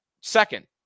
second